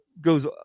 goes